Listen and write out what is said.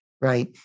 right